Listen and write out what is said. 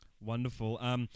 Wonderful